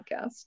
podcast